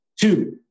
Two